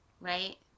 right